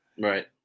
Right